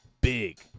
Big